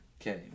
Okay